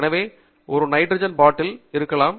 எனவேஒரு nitrogen bottle இருக்கலாம்